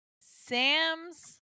Sam's